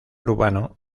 urbano